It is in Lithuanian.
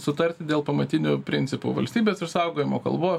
sutarti dėl pamatinių principų valstybės išsaugojimo kalbos